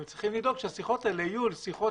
הם צריכים לדאוג שהשיחות האלה יהיו שיחות